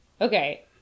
Okay